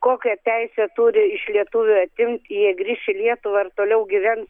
kokią teisę turi iš lietuvių atimt jie grįš į lietuvą ir toliau gyvens